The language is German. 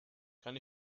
kann